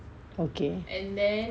okay